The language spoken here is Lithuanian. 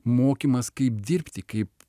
mokymas kaip dirbti kaip